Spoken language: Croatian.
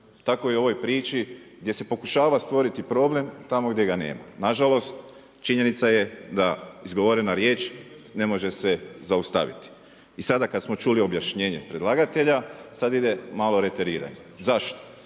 Tako i u ovoj priči gdje se pokušava stvoriti problem tamo gdje ga nema. Na žalost, činjenica je da izgovorena riječ ne može se zaustaviti. I sada kad smo čuli objašnjenje predlagatelja sad ide malo reteriranje. Zašto?